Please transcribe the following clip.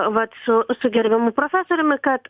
vat su su gerbiamu profesoriumi kad